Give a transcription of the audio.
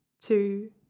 two